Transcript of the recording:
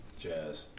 Jazz